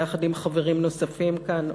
יחד עם חברים נוספים כאן,